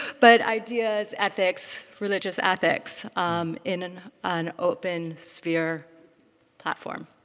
but ideas, ethics, religious ethics in an an open sphere platform.